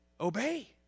obey